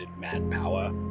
manpower